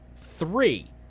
three